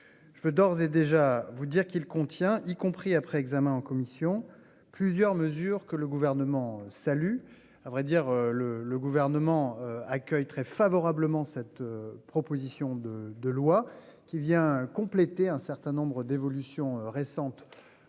Je peux d'ores et déjà vous dire qu'il contient, y compris après examen en commission plusieurs mesures que le gouvernement salut à vrai dire le le gouvernement accueille très favorablement cette. Proposition de de loi qui vient compléter un certain nombre d'évolutions récentes